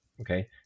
Okay